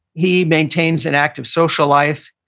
he maintains an active social life.